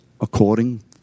according